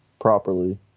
properly